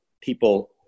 people